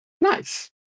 Nice